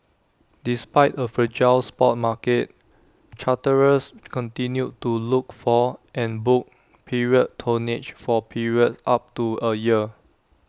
despite A fragile spot market charterers continued to look for and book period tonnage for periods up to A year